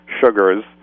sugars